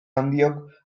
handiok